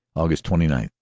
aug. twenty nine,